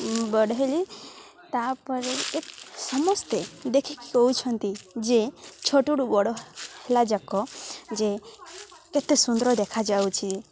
ବଢ଼ାଇଲି ତାପରେ ସମସ୍ତେ ଦେଖିକି କହୁଛନ୍ତି ଯେ ଛୋଟଠୁ ବଡ଼ ହେଲାଯାକ ଯେ କେତେ ସୁନ୍ଦର ଦେଖାଯାଉଛି